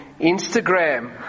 Instagram